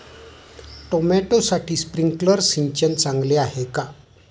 टोमॅटोसाठी स्प्रिंकलर सिंचन चांगले आहे का?